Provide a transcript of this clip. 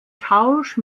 tausch